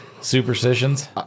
superstitions